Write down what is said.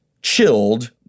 Chilled